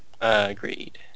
Agreed